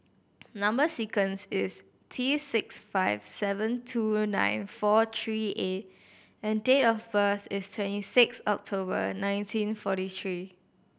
number sequence is T six five seven two nine four three A and date of birth is twenty six October nineteen forty three